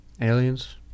aliens